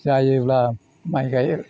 जायोब्ला माइ गायो